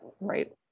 Right